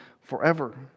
forever